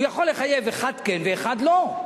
הוא יכול לחייב אחד, ואחד לא.